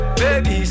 baby